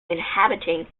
inhabiting